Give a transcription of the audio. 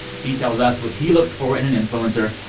he tells us what he looks for in an influencer,